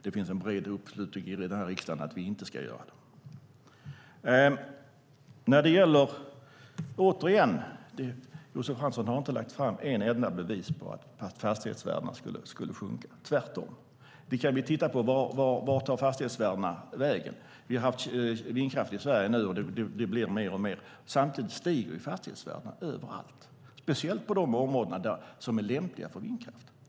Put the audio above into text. Det finns en bred uppslutning här i riksdagen kring att vi inte ska göra det. Återigen: Josef Fransson har inte lagt fram ett enda bevis på att fastighetsvärdena skulle sjunka - tvärtom. Vi kan titta på hur utvecklingen av fastighetsvärdena har varit. Vi har haft vindkraft i Sverige nu, och det blir mer och mer. Samtidigt stiger fastighetsvärdena överallt, speciellt i de områden som är lämpliga för vindkraft.